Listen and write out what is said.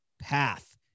path